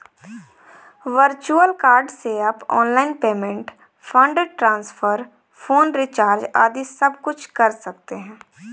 virtual card से आप online payment, fund transfer, phone recharge आदि सबकुछ कर सकते हैं